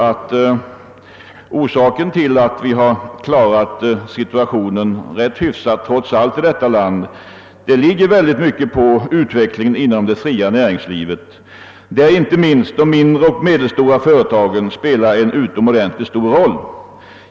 | Att vi trots allt klarat situationen ganska hyggligt i vårt land torde i mycket stor utsträckning bero på utvecklingen inom det fria näringslivet, där inte minst de mindre och medelstora företagen spelar en utomordentligt stor roll.